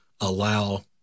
allow